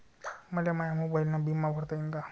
मले माया मोबाईलनं बिमा भरता येईन का?